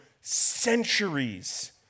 centuries